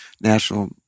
national